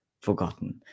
forgotten